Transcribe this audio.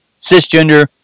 cisgender